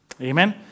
amen